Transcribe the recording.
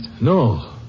No